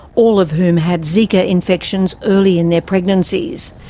all of whom had zika infections early in their pregnancies.